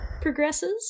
progresses